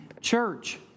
Church